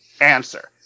answer